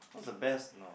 what's the best now